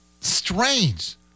strange